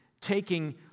taking